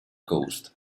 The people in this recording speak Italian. coast